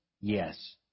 Yes